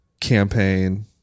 campaign